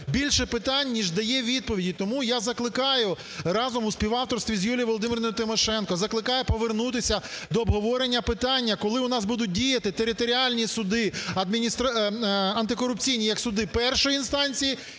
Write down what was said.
більше питань, ніж дає відповідей. І тому я закликаю, разом у співавторстві з Юлією Володимирівною Тимошенко закликаю повернутися до обговорення питання, коли у нас будуть діяти територіальні суди, антикорупційні як суди першої інстанції